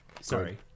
Sorry